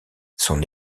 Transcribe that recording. son